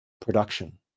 production